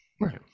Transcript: Right